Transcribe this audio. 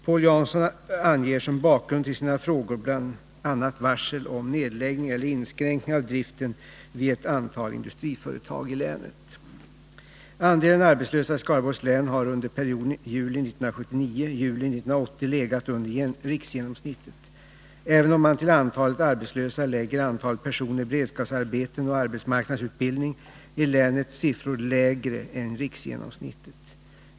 Paul Jansson anger som bakgrund till sina frågor bl.a. varsel om Andelen arbetslösa i Skaraborgs län har under perioden juli 1979—juli 1980 legat under riksgenomsnittet. Även om man till antalet arbetslösa lägger antalet personer i beredskapsarbeten och arbetsmarknadsutbildning, är länets siffror lägre än riksgenomsnittet.